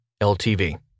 LTV